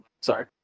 Sorry